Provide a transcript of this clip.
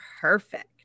perfect